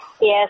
Yes